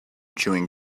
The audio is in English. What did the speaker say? chewing